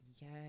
Yes